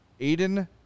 Aiden